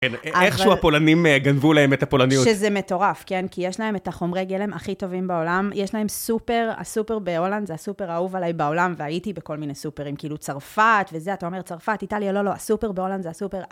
איכשהו הפולנים גנבו להם את הפולניות. שזה מטורף, כן? כי יש להם את החומרי גלם הכי טובים בעולם, יש להם סופר, הסופר בהולנד, זה הסופר האהוב עליי בעולם, והייתי בכל מיני סופרים, כאילו צרפת וזה, אתה אומר צרפת, איטליה, לא לא, הסופר בהולנד, הסופר...